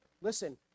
Listen